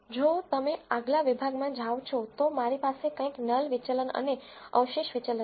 જો તમે આગલા વિભાગમાં જાઓ છો તો મારી પાસે કંઈક નલ વિચલન અને અવશેષ વિચલન છે